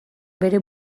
bere